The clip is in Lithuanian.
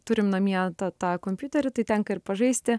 turim namie tą kompiuterį tai tenka ir pažaisti